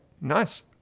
nice